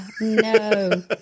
No